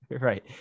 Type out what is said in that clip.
Right